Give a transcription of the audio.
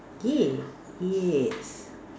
yeah yes